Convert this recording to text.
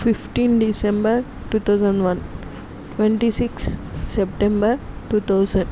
fifteen December two thousand one twenty six September two thousand